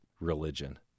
religion